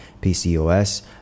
PCOS